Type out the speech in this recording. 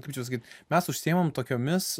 kirčius gi mes užsiimam tokiomis